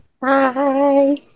Bye